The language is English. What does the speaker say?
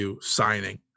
signing